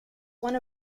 one